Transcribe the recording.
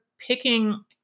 picking